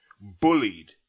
bullied